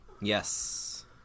Yes